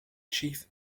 chief